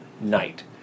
night